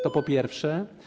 To po pierwsze.